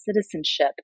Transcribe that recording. citizenship